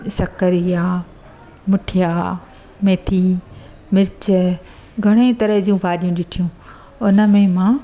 सकरिया मुठिया मेथी मिर्च घणे ई तरह जूं भाॼियूं ॾिठियूं उन में मां